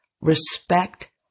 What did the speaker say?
respect